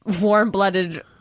warm-blooded